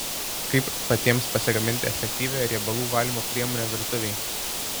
kaip patiems pasigaminti efektyvią riebalų valymo priemonę virtuvei